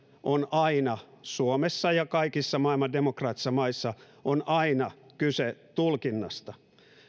on suomessa ja kaikissa maailman demokraattisissa maissa aina kyse tulkinnasta